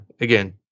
again